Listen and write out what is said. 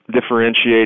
differentiate